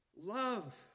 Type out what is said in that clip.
love